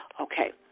okay